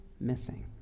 missing